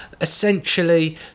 essentially